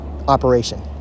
operation